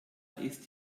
ist